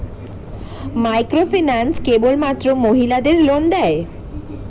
Microfinance কেবলমাত্র মহিলাদের loan দেয়?